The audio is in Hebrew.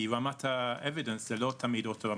כי רמת ה- evidence based לא גבוהה.